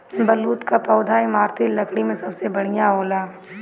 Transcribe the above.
बलूत कअ पौधा इमारती लकड़ी में सबसे बढ़िया होला